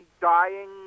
dying